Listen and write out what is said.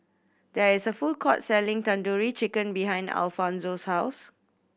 there is a food court selling Tandoori Chicken behind Alfonzo's house